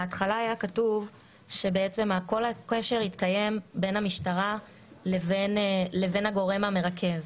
בהתחלה היה כתוב שבעצם שהכול יתקיים בין המשטרה לבין הגורם המרכז.